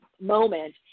moment